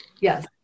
Yes